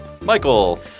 Michael